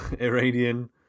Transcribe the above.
Iranian